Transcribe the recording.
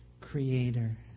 Creator